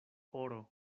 oro